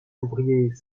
ouvrier